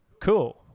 cool